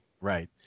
Right